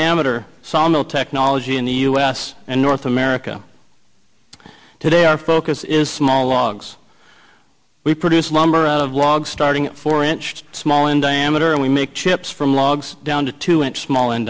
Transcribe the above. sawmill technology in the u s and north america today our focus is small logs we produce lumber out of logs starting four inch small in diameter and we make chip from logs down to two went small in